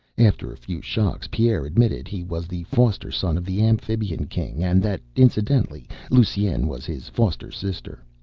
after a few shocks pierre admitted he was the foster-son of the amphibian king and that, incidentally, lusine was his foster-sister.